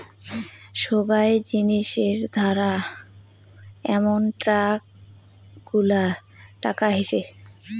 সোগায় জিনিসের ধারা আমন ট্যাক্স গুলা কাটা হসে